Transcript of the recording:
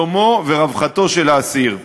שלומו ורווחתו של האסיר.